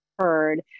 heard